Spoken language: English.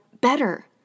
better